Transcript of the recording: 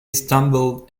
stumbled